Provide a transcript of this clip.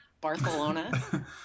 Barcelona